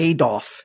Adolf